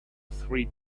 three